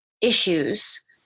issues